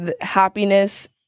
happiness